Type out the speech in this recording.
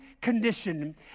condition